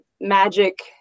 magic